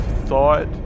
thought